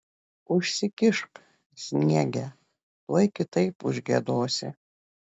užsikišk sniege tuoj kitaip užgiedosi